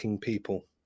people